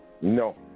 No